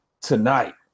tonight